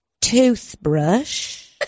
toothbrush